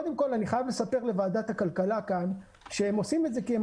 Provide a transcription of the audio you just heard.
אני חייב לספר לוועדת הכלכלה שהם עושים את זה כי הם